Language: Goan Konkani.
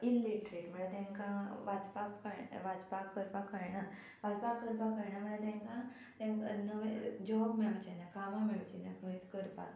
इलिटरेट म्हळ्यार तांकां वाचपाक कळना वाचपाक करपाक कळना वाचपाक करपाक कळना म्हळ्यार तांकां तांकां नवें जॉब मेळचें ना कामां मेळचीं ना खंयत करपाक